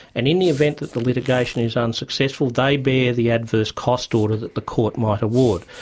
and in the event that the litigation is unsuccessful they bear the adverse cost order that the court might award.